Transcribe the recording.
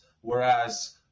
Whereas